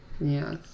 Yes